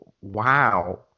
Wow